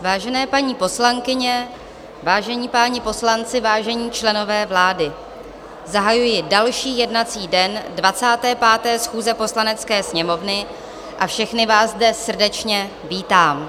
Vážené paní poslankyně, vážení páni poslanci, vážení členové vlády, zahajuji další jednací den 25. schůze Poslanecké sněmovny a všechny vás zde srdečně vítám.